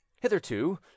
Hitherto